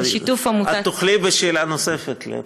את תוכלי בשאלה נוספת לעדכן.